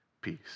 peace